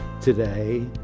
today